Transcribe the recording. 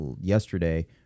yesterday